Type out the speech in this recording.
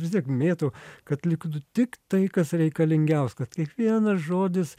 vis tiek mėtau kad liktų tik tai kas reikalingiaus kad kiekvienas žodis